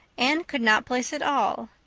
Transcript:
anne could not place at all,